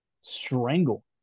strangle